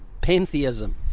pantheism